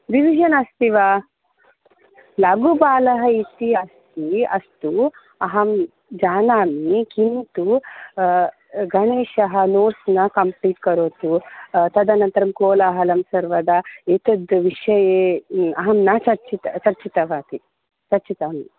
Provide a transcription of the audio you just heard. revision अस्ति वा लघुबालः इति अस्ति अस्तु अहं जानामि किन्तु गणेशः नोट्स् न कम्प्लीट् करोतु तदनन्तरं कोलाहलं सर्वदा एतत् विषये अहं न चर्चित चर्चितवती चर्चितम्